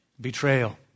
betrayal